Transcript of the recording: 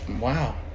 Wow